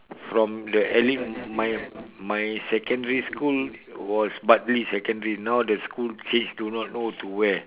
from the Elling my my secondary school was Bartley secondary now the school change to do not know to where